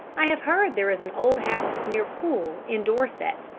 i have heard there is an old house near poole, in dorset,